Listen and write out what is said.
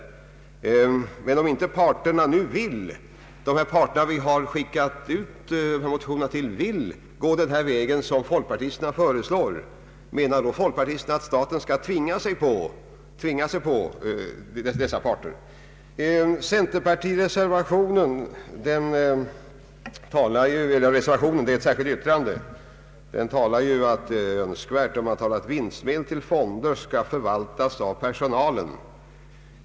— Men om nu de parter till vilka motionerna skickas ut inte vill gå den väg som folkpartisterna föreslår, menar då folkpartiets representanter att staten skall tvinga sig på dessa parter? Centerpartiets representanter i utskottet har avgivit ett särskilt yttrande, vari anföres att det är önskvärt att vinstmedel avsättes till fonder som skall förvaltas av personalen.